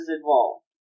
involved